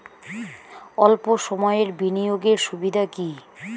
অল্প সময়ের বিনিয়োগ এর সুবিধা কি?